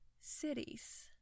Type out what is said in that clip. cities